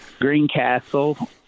Greencastle